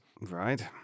Right